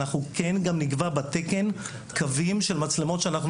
אנחנו גם נקבע בתקן קווים של מצלמות שאנחנו